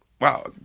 wow